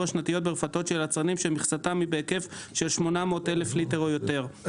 השנתיות ברפתות של יצרנים שמכסתם היא בהיקף של 800 אלף ליטר או יותר,";